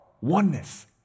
oneness